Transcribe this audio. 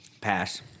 Pass